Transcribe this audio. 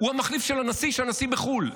הוא המחליף של הנשיא כשהנשיא בחו"ל.